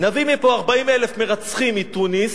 נביא 40,000 מרצחים מתוניס,